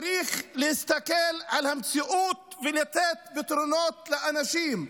צריך להסתכל על המציאות ולתת פתרונות לאנשים.